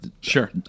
sure